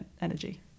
energy